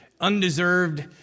undeserved